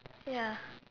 ya